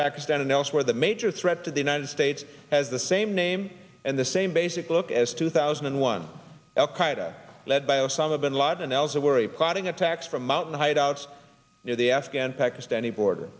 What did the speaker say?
pakistan and elsewhere the major threat to the united states has the same name and the same basic look as two thousand and one al qaeda led by osama bin laden else they worry plotting attacks from mountain hideouts near the afghan pakistani border